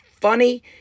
funny